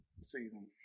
season